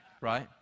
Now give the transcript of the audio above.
right